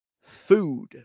food